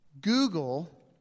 Google